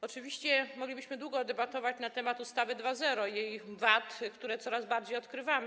Oczywiście moglibyśmy długo debatować na temat ustawy 2.0 i jej wad, które coraz bardziej odkrywamy.